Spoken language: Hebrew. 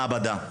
מעבדה.